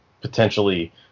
potentially